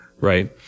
Right